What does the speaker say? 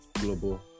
global